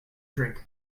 drink